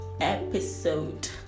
episode